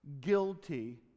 guilty